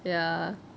ya